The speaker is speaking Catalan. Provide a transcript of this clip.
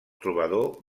trobador